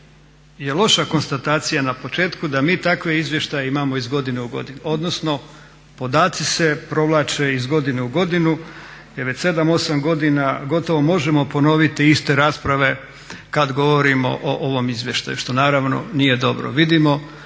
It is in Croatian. je loša konstatacija na početku da mi takve izvještaje imamo iz godine u godinu, odnosno podaci se provlače iz godine u godinu, jer već 7,8 godina gotovo možemo ponoviti iste rasprave kad govorimo o ovom izvještaju što naravno nije dobro. Vidimo